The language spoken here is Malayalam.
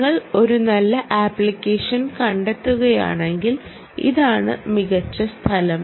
നിങ്ങൾ ഒരു നല്ല ആപ്ലിക്കേഷൻ കണ്ടെത്തുകയാണെങ്കിൽ ഇതാണ് മികച്ച സ്ഥലം